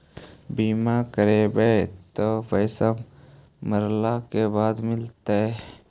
बिमा करैबैय त पैसा मरला के बाद मिलता?